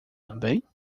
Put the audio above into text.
também